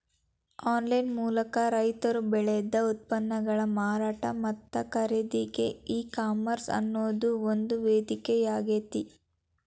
online ಮೂಲಕ ರೈತರು ಬೆಳದ ಉತ್ಪನ್ನಗಳ ಮಾರಾಟ ಮತ್ತ ಖರೇದಿಗೆ ಈ ಕಾಮರ್ಸ್ ಅನ್ನೋದು ಒಂದು ವೇದಿಕೆಯಾಗೇತಿ